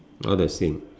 all the same